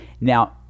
Now